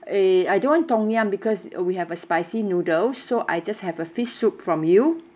err I don't want tom yum because we have a spicy noodles so I just have a fish soup from you